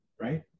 right